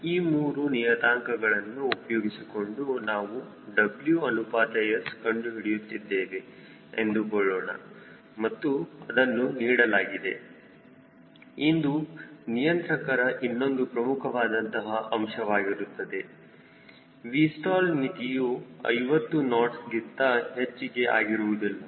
ಈ ಮೂರು ನಿಯತಾಂಕಗಳನ್ನು ಉಪಯೋಗಿಸಿಕೊಂಡು ನಾವು W ಅನುಪಾತ S ಕಂಡುಹಿಡಿಯುತ್ತಿದ್ದೇವೆ ಎಂದುಕೊಳ್ಳೋಣ ಮತ್ತು ಅದನ್ನು ನೀಡಲಾಗಿದೆ ಇದು ನಿಯಂತ್ರಕರ ಇನ್ನೊಂದು ಪ್ರಮುಖವಾದಂತಹ ಅಂಶ ಅಂಶವಾಗಿರುತ್ತದೆ Vstall ಮಿತಿಯು 50 ನಾಟ್ಸ್ಗಿಂತ ಹೆಚ್ಚಿಗೆ ಆಗಿರುವುದಿಲ್ಲ